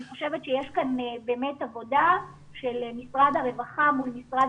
אני חושבת שיש כאן באמת עבודה של משרד הרווחה מול משרד